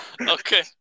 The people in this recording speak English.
Okay